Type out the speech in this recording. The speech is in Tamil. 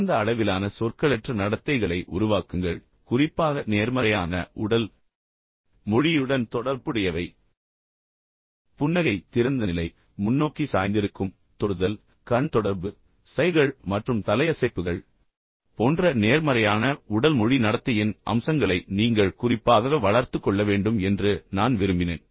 பரந்த அளவிலான சொற்களற்ற நடத்தைகளை உருவாக்குங்கள் குறிப்பாக நேர்மறையான உடல் மொழியுடன் தொடர்புடையவை புன்னகை திறந்த நிலை முன்னோக்கி சாய்ந்திருக்கும் தொடுதல் கண் தொடர்பு சைகைகள் மற்றும் தலையசைப்புகள் போன்ற நேர்மறையான உடல் மொழி நடத்தையின் அம்சங்களை நீங்கள் குறிப்பாக வளர்த்துக் கொள்ள வேண்டும் என்று நான் விரும்பினேன்